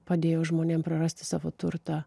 padėjo žmonėm prarasti savo turtą